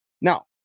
Now